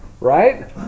right